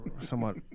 somewhat